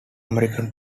american